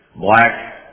Black